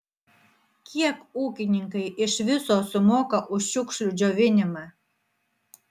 kiek ūkininkai iš viso sumoka už šiukšlių džiovinimą